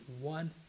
one